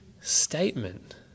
statement